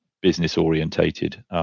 business-orientated